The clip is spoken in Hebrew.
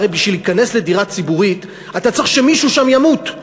הרי בשביל להיכנס לדירה ציבורית אתה צריך שמישהו שם ימות,